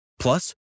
Plus